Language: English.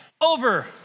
over